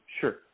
Sure